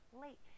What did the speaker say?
late